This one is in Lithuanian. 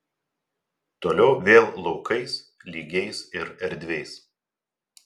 toliau vėl laukais lygiais ir erdviais